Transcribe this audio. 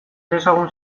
dezagun